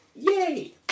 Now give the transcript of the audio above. Yay